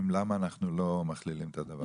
למה אנחנו לא מכלילים את הדבר הזה.